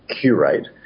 curate